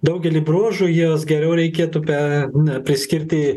daugelį bruožų jos geriau reikėtų pee priskirti